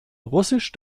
russisch